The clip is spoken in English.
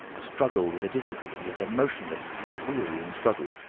a struggle with a difficulty, yet a motionless, unwearying struggle,